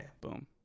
Boom